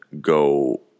go